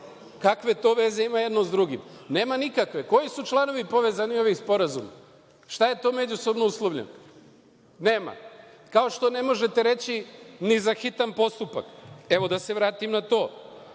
Kakve veze to ima jedno sa drugim? Nema nikakve. Koji su članovi povezani ovim sporazumima, šta je to međusobno uslovljeno? Nema. Kao što ne možete reći ni za hitan postupak, evo da se vratim na to. Mi